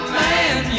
man